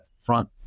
front